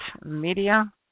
media